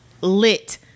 lit